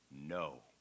No